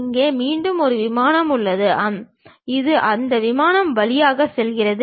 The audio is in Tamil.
அங்கே மீண்டும் ஒரு விமானம் உள்ளது அது அந்த வழியாக செல்கிறது